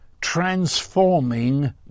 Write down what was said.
Transforming